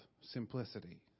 simplicity